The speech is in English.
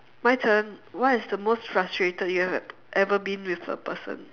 my turn what is the most frustrated you have ever been with a person